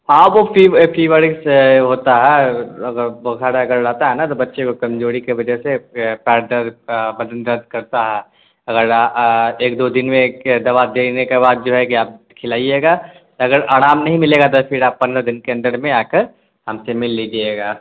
ہاں وہ فیور سے ہوتا ہے اگر بخار اگر رہتا ہے نا تو بچے کو کمزوری کے وجہ سے پیر درد بدن درد کرتا ہے اگر ایک دو دن میں ایک دوا دینے کے بعد جو ہے کہ آپ کھلائیے گا اگر آرام نہیں ملے گا دس پھر آپ پندرہ دن کے اندر میں آ کر ہم سے مل لیجیے گا